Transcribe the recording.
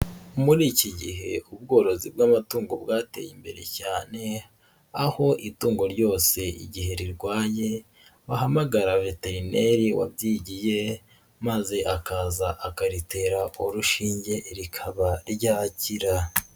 Muri iki gihe ubworozi bw'amatungo bwateye imbere cyane, aho itungo ryose igihe rirwaye, wahamagara veterineri wabyigiye, maze akaza akaritera urushinge rikaba ryakira.